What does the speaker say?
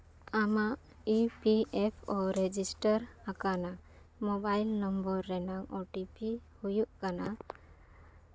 ᱟᱢᱟᱜ E P F O register ᱟᱠᱟᱱᱟ mobile number ᱨᱮᱱᱟᱝ ᱳ ᱴᱤ ᱯᱤ ᱦᱩᱭᱩᱜ ᱠᱟᱱᱟ